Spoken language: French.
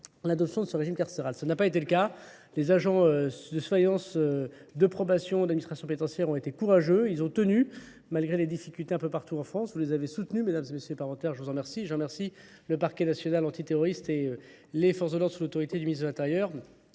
l'adoption de ce régime carcéral. Ça n'a pas été le cas. Les agents de soignance, de probation, d'administration pénitentiaire ont été courageux. Ils ont tenu malgré les difficultés un peu partout en France. Vous les avez soutenus. Mesdames et messieurs les parentaires, je vous en remercie. J'en remercie le Parquet national anti-théoriste et les forces de l'ordre sous l'autorité du ministre de l'Intérieur.